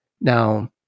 Now